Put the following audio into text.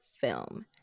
film